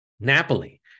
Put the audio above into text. Napoli